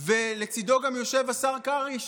ולצידו גם יושב השר קרעי,